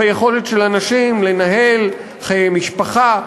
ביכולת של אנשים לנהל חיי משפחה,